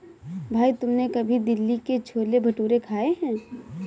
भाई तुमने कभी दिल्ली के छोले भटूरे खाए हैं?